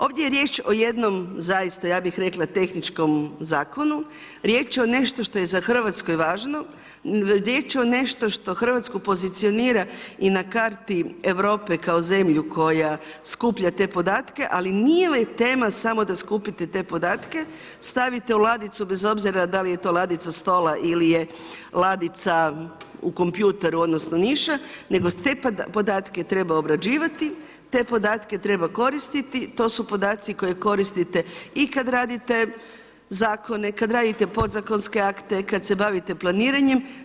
Ovdje je riječ o jednom zaista ja bih rekla tehničkom zakonu, riječ je o nešto što je za Hrvatsku važno, riječ je o nešto što Hrvatsku pozicionira i na karti Europe kao zemlju koja skuplja te podatke, ali nije tema samo da skupite te podatke, stavite u ladicu bez obzira da li je to ladica stola ili je ladica u kompjuteru odnosu niša, nego te podatke treba obrađivati, te podatke treba koristiti, to su podaci koje koristite i kad radite zakone, kad radite podzakonske akte, kad se bavite planiranje.